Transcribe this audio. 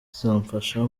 izamfasha